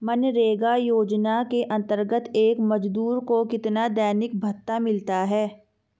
मनरेगा योजना के अंतर्गत एक मजदूर को कितना दैनिक भत्ता मिलता है?